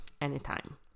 anytime